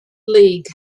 league